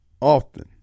often